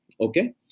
okay